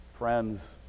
Friends